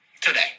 today